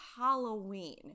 Halloween